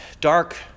dark